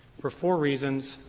for four reasons,